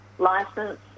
License